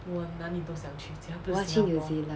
我要想去 new zealand